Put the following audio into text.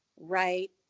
right